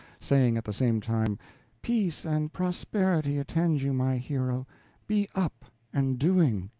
saying at the same time peace and prosperity attend you, my hero be up and doing!